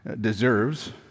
deserves